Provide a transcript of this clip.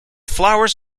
flowers